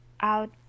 out